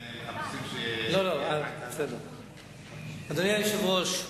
לצאת, אדוני היושב-ראש,